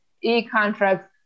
e-contracts